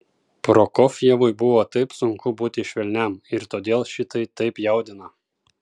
prokofjevui buvo taip sunku būti švelniam ir todėl šitai taip jaudina